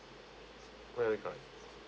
very correct